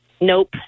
nope